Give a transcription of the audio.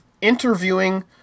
interviewing